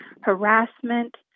harassment